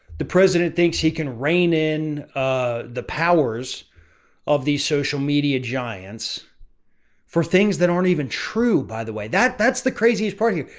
the president thinks he can reign in ah the powers of these social media giants for things that aren't even true. by the way, that's the craziest part here.